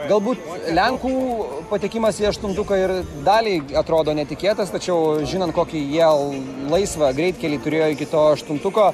galbūt lenkų patekimas į aštuntuką ir daliai atrodo netikėtas tačiau žinant kokį jie laisvą greitkelį turėjo iki to aštuntuko